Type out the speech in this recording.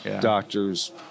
Doctors